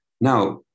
Now